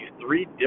three